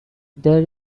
there